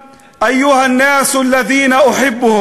(אומר דברים בשפה הערבית, להלן תרגומם: